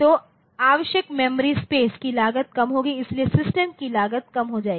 तो आवश्यक memory space की लागत कम होगी इसलिए सिस्टम की लागत कम हो जाएगी